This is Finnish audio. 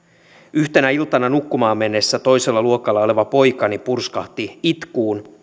yhtenä iltana nukkumaan mennessä toisella luokalla oleva poikani purskahti itkuun